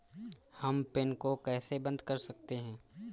हम पिन को कैसे बंद कर सकते हैं?